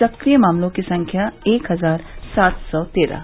सक्रिय मामलों की संख्या एक हजार सात सौ तेरह